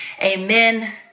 Amen